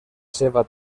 seva